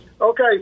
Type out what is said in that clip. Okay